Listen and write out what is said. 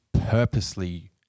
purposely